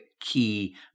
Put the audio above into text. key